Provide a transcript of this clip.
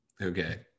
Okay